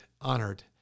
Honored